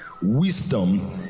wisdom